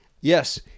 Yes